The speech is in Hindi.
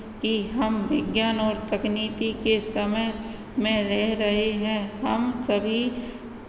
कि हम विज्ञान और तकनीकी के समय में रह रहे हैं हम सभी